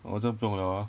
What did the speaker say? orh 这样不用 liao ah